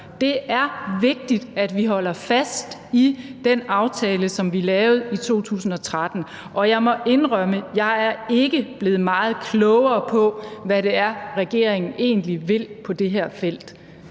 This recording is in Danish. Det er vigtigt, at vi holder fast i den aftale, som vi lavede i 2013, og jeg må indrømme, at jeg ikke er blevet meget klogere på, hvad det er, regeringen egentlig vil på det her felt,